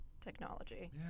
technology